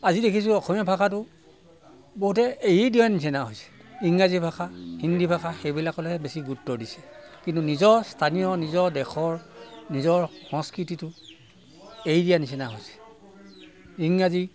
আজি দেখিছো অসমীয়া ভাষাটো বহুতে এৰি দিয়া নিচিনা হৈছে ইংৰাজী ভাষা হিন্দী ভাষা সেইবিলাকলৈহে বেছি গুৰুত্ব দিছে কিন্তু নিজৰ স্থানীয় নিজৰ দেশৰ নিজৰ সংস্কৃতিটো এৰি দিয়া নিচিনা হৈছে ইংৰাজী